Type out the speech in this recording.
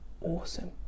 awesome